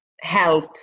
help